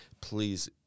please